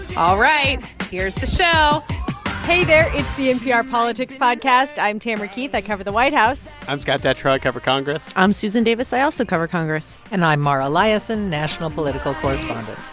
all right. here's the show hey there. it's the npr politics podcast. i'm tamara keith. i cover the white house i've scott detrow. i cover congress i'm susan davis. i also cover congress and i'm mara liasson, national political correspondent